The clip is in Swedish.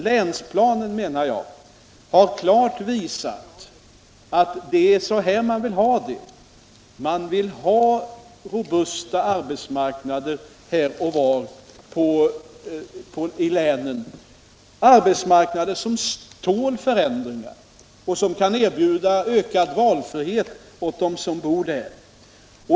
Länsplanen har klart visat att det är så här man vill ha det. Man vill ha robusta arbetsmarknader här och var i länen — arbetsmarknader som tål förändringar och som kan erbjuda ökad valfrihet åt dem som bor där.